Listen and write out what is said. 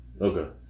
Okay